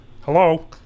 Hello